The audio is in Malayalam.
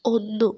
ഒന്നു